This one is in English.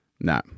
No